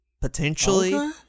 potentially